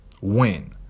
win